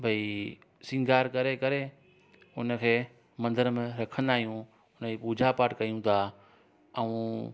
भई श्रंगार करे करे उनखे मंदिर में रखंदा आहियूं उन ई पूजा पाठ कयू था ऐं